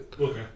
Okay